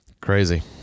Crazy